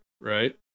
right